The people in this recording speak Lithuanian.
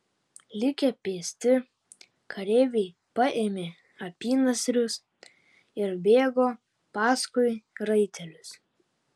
likę pėsti kareiviai paėmė apynasrius ir bėgo paskui raitelius